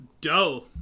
Dough